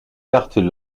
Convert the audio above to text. cartes